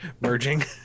Merging